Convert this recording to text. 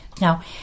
Now